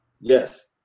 Yes